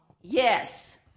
Yes